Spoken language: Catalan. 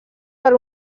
per